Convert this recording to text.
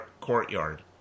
courtyard